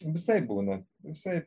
visaip būna visaip